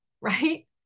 right